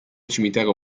cimitero